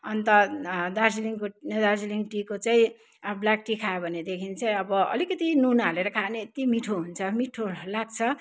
अन्त दार्जिलिङको दार्जिलिङको टी को चाहिँ अब ब्ल्याक टी खायो भनेदेखि चाहिँ अब अलिकति नुन हालेर खाने यति मिठो हुन्छ मिठो लाग्छ